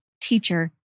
teacher